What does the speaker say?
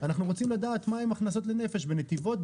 אנחנו רוצים לדעת מהם ההכנסות לנפש בנתיבות,